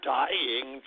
dying